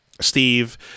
Steve